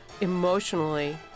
Emotionally